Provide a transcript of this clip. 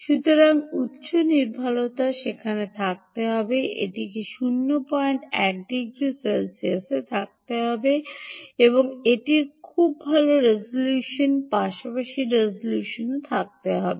সুতরাং উচ্চ নির্ভুলতা সেখানে থাকতে হবে এটিতে 01 ডিগ্রি সেলসিয়াস থাকতে হবে এবং এটির খুব ভাল রেজোলিউশনের পাশাপাশি রেজোলিউশনও থাকতে হবে